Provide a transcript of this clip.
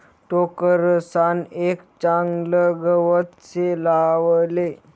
टोकरसान एक चागलं गवत से लावले